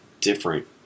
different